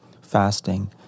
fasting